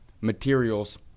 Materials